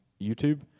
YouTube